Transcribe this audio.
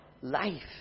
life